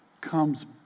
comes